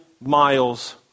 miles